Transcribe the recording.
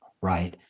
right